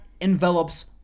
envelops